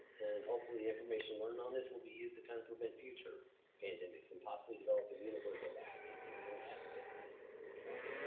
and hopefully information learned on this will be used to kind of prevent future pandemics, and possibly develop a universal vaccine so we don't have to get any and flu shot.